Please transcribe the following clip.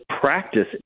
practice